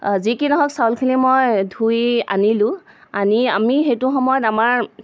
যি কি নহওক চাউলখিনি মই ধুই আনিলোঁ আনি আমি সেইটো সময়ত আমাৰ